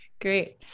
Great